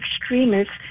extremists